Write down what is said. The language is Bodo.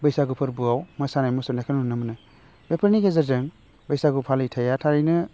बैसागु फोरबोआव मोसानाय मुसुरनायखौ नुनो मोनो बेफोरनि गेजेरजों बैसागु फालिथाइया थारैनो